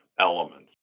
elements